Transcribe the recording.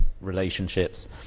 relationships